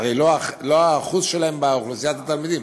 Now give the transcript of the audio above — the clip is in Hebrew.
זה הרי לא השיעור שלהם באוכלוסיית התלמידים.